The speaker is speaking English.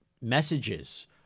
Messages